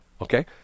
Okay